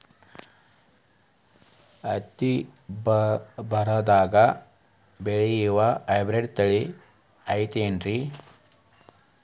ಹತ್ತಿ ಬರದಾಗ ಬೆಳೆಯೋ ಹೈಬ್ರಿಡ್ ತಳಿ ಐತಿ ಏನ್ರಿ?